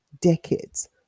decades